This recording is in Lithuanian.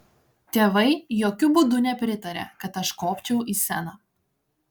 tėvai jokiu būdu nepritarė kad aš kopčiau į sceną